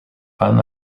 fan